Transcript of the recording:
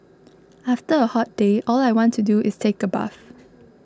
after a hot day all I want to do is take a bath